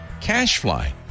CashFly